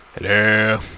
hello